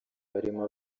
barimo